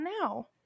now